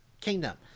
kingdom